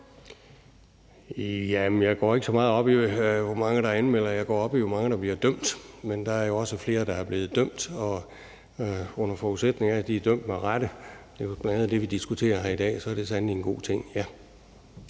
(V): Jeg går ikke så meget op i, hvor mange der anmelder. Jeg går op i, hvor mange der bliver dømt, men der er jo også flere, der er blevet dømt, og under forudsætning af at de er dømt med rette – det er bl.a. det, vi diskuterer her i dag – ja, så er det sandelig en god ting.